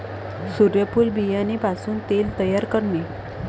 सूर्यफूल बियाणे पासून तेल तयार करणे